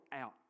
out